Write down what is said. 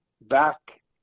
back